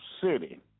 city